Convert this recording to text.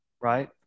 right